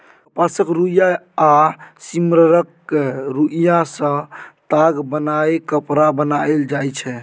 कपासक रुइया आ सिम्मरक रूइयाँ सँ ताग बनाए कपड़ा बनाएल जाइ छै